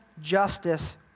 justice